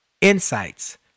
insights